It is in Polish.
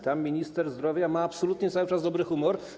Tam minister zdrowia ma absolutnie cały czas dobry humor.